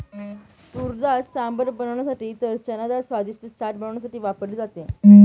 तुरडाळ सांबर बनवण्यासाठी तर चनाडाळ स्वादिष्ट चाट बनवण्यासाठी वापरली जाते